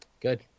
Good